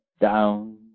down